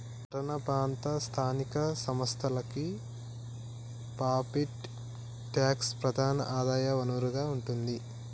పట్టణ ప్రాంత స్థానిక సంస్థలకి ప్రాపర్టీ ట్యాక్సే ప్రధాన ఆదాయ వనరుగా ఉంటాది